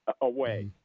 away